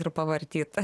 ir pavartyt